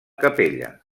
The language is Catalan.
capella